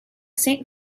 saint